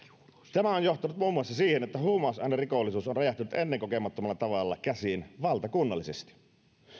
tämä on johtanut muun muassa siihen että huumausainerikollisuus on räjähtänyt ennenkokemattomalla tavalla käsiin valtakunnallisesti